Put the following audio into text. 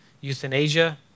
euthanasia